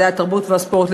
זה היה תרבות וספורט,